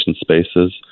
spaces